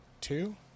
two